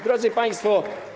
Drodzy Państwo!